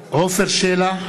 נגד עפר שלח,